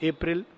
April